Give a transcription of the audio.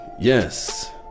yes